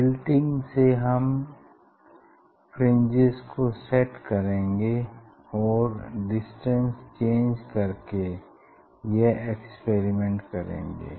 tilting से हम fringes को सेट करेंगे और डिस्टेंस चेंज करके यह एक्सपेरिमेंट करेंगे